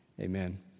amen